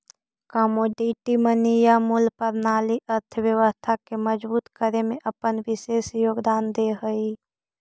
commodity money या मूल्य प्रणाली अर्थव्यवस्था के मजबूत करे में अपन विशेष योगदान दे हई